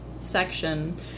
section